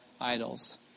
idols